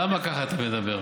למה ככה את מדברת?